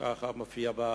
כך מופיע.